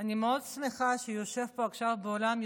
אני מאוד שמחה שיושב פה עכשיו באולם,